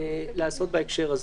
בהקשר הזה.